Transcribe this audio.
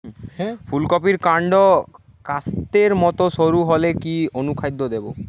ফুলকপির কান্ড কাস্তের মত সরু হলে কি অনুখাদ্য দেবো?